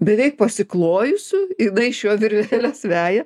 beveik pasiklojusiu jinai iš jo virveles veja